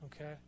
okay